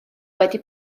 wedi